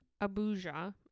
Abuja